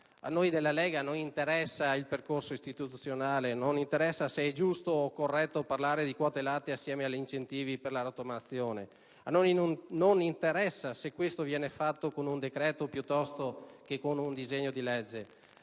Alla Lega non interessa il percorso istituzionale, non interessa se è giusto o corretto parlare di quote latte insieme agli incentivi per la rottamazione, non interessa se questo viene fatto con un decreto piuttosto che con un disegno di legge.